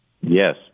Yes